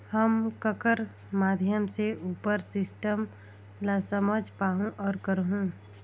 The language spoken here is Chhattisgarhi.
हम ककर माध्यम से उपर सिस्टम ला समझ पाहुं और करहूं?